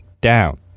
down